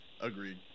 Agreed